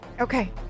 Okay